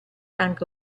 anche